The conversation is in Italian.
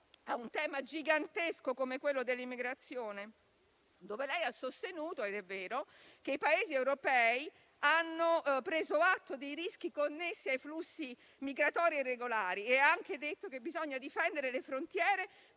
a un tema gigantesco come quello dell'immigrazione, rispetto al quale lei ha sostenuto - ed è vero - che i Paesi europei hanno preso atto dei rischi connessi ai flussi migratori irregolari e ha aggiunto che bisogna difendere le frontiere,